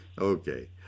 Okay